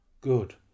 Good